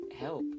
help